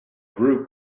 group